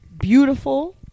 beautiful